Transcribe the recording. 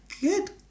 good